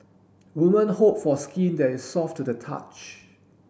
woman hope for skin that is soft to the touch